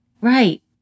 Right